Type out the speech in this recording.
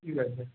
ঠিক আছে